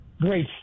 great